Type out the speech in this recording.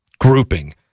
grouping